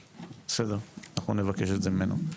בסדר, אנחנו נבקש את זה ממנו.